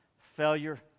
Failure